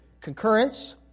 Concurrence